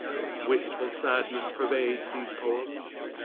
wistful sadness pervades these poems.